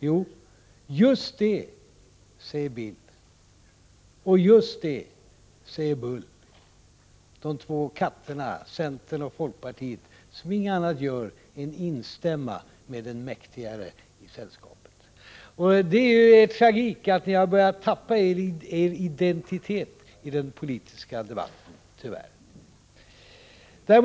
Jo: ”Just det!” , säger Bill, och ”Just det", säger Bull — de två katterna centern och folkpartiet som inget annat gör än instämmer med den mäktigare i sällskapet. Det är detta som är er tragik: att ni har börjat tappa er identitet i den politiska debatten, tyvärr.